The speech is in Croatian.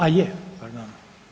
A je, pardon.